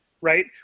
right